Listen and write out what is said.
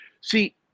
see